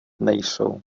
nejsou